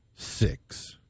Six